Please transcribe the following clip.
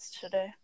today